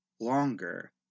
longer